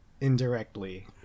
indirectly